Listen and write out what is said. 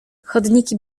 chodniki